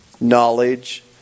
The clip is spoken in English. knowledge